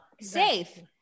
safe